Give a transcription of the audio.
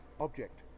object